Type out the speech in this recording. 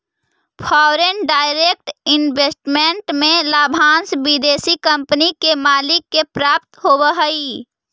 foreign direct investment में लाभांश विदेशी कंपनी के मालिक के प्राप्त होवऽ हई